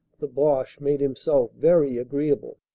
the boche made him self very agreeable.